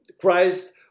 Christ